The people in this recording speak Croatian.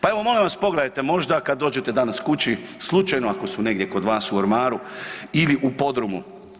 Pa evo, molim vas, pogledajte, možda kad dođete danas kući, slučajno ako su negdje kod vas u ormaru ili u podrumu.